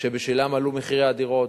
שבגללם עלו מחירי הדירות,